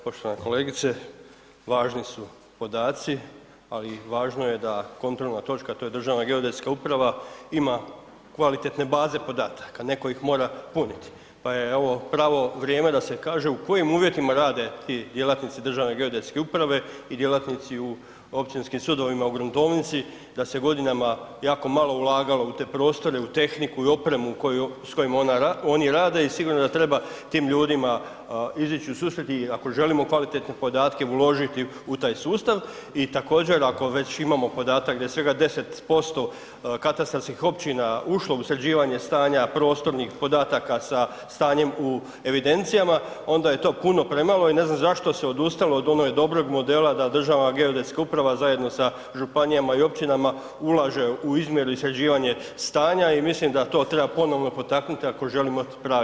Poštovana kolegice, važni su podaci a i važno je da kontrola točka, to je Državna geodetska uprava, ima kvalitetne baze podataka, neko ih mora puniti, pa je evo pravo vrijeme da se kaže u kojim uvjetima rade ti djelatnici Državne geodetske uprave i djelatnici u općinskim sudovima, u gruntovnici, da se godinama jako malo ulagalo u te prostore, u tehniku i opremu s kojom oni rade i sigurno i sigurno da treba tim ljudima izići u susret i ako želimo kvalitetne podatke, uložiti u taj sustav i također, ako već imamo podatak da je svega 10% katastarskih općina ušlo u sređivanje stanja prostornih podataka sa stanjem u evidencijama, onda je to puno premalo i ne znam zašto se odustalo od onog dobrog modela da Državna geodetska uprava zajedno sa županijama i općinama ulaže u izmjeru i sređivanje stanja i mislim da to treba ponovno potaknuti ako želimo prave baze podataka.